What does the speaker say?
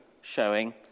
showing